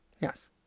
Yes